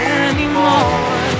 anymore